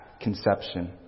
conception